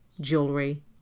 jewelry